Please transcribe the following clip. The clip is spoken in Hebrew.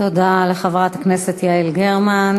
תודה לחברת הכנסת יעל גרמן.